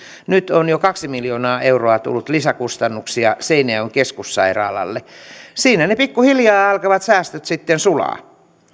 nyt on jo kaksi miljoonaa euroa tullut lisäkustannuksia seinäjoen keskussairaalalle siinä ne säästöt pikkuhiljaa alkavat sitten sulaa